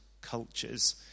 cultures